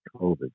COVID